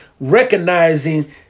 recognizing